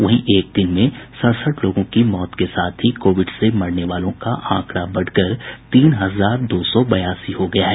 वहीं एक दिन में सड़सठ लोगों की मौत के साथ ही कोविड से मरने वालों का आंकड़ा बढ़कर तीन हजार दो सौ बयासी हो गया है